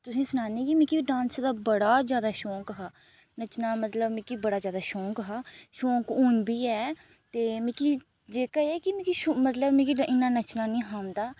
तुसेंगी सनानी आं मिकी डान्स दा बड़ा गै ज्यादा शौक हा नच्चना मतलब मिकी बड़ा ज्यादा शौंक हा शौंक हून बी ऐ ते मिकी जेह्का एह् मिकी मतलब मिगी इन्ना नच्चना नेईं हा औंदा